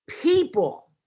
people